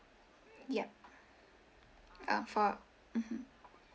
yup uh for mmhmm